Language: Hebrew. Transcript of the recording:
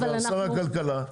שר הכלכלה,